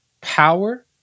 Power